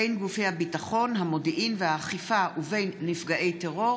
ביטול ההגבלה על חבר כנסת בעל אזרחות כפולה),